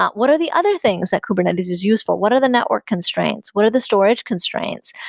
what are the other things that kubernetes is useful? what are the network constraints? what are the storage constraints?